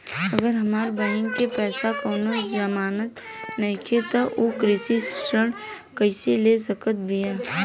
अगर हमार बहिन के पास कउनों जमानत नइखें त उ कृषि ऋण कइसे ले सकत बिया?